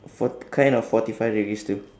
fort~ kind of forty five degrees too